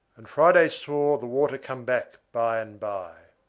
and friday saw the water come back by-and-by.